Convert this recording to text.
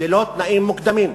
ללא תנאים מוקדמים,